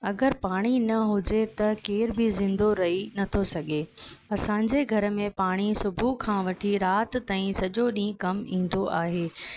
अगरि पाणी न हुजे त केर बि ज़िंदो रई नथो सघे असांजे घर में पाणी सुबुह खां वठी राति ताईं सॼो ॾींहुं कमु ईंदो आहे